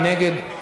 מי נגד?